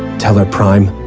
tellar prime,